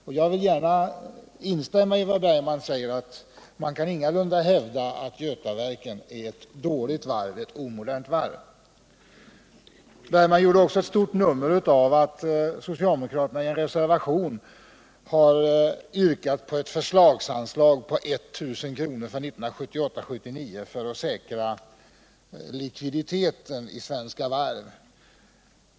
Jag vill, som sagt, gärna instämma i vad Per Bergman sade om att man ingalunda kan hävda att Götaverken är ett dåligt och omodernt varv. Per Bergman gjorde också ett stort nummer av att socialdemokraterna i en reservation har yrkat på ett förslagsanslag om 1 000 kr. för 1978/79 för att säkra likviditeten i Svenska Varv.